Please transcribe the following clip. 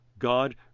God